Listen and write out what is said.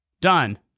done